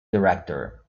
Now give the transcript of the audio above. director